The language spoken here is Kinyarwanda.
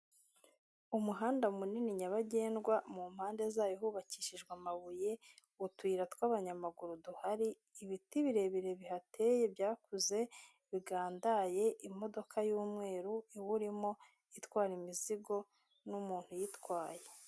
Umuhanda munini nyabagendwa mu mpande zayo hubakishijwe amabuye, utuyira tw'abanyamaguru duhari, ibiti birebire bihateye byakuze bigandaye, imodoka y'umweru iwurimo itwara imizigo n'umuntu uyitwaye.